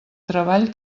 treball